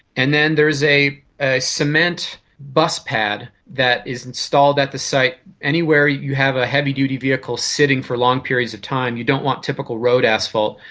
and then there is a a cement bus pad that is installed at the site. anywhere you have a heavy-duty vehicle sitting for long periods of time you don't want typical road asphalt,